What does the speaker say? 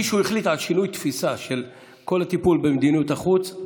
אם מישהו החליט על שינוי תפיסה של כל הטיפול במדיניות החוץ,